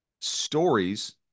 stories